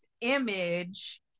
image